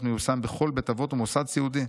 מיושם בכל בית אבות או מוסד סיעודי.